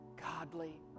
godly